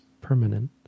permanent